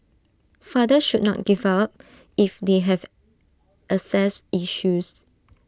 fathers should not give up if they have access issues